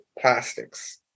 plastics